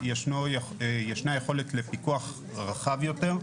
יש יכולת לפיקוח רחב יותר.